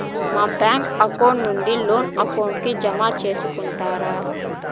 మా bank account నుండి loan account కి జామ సేసుకుంటారా?